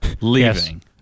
leaving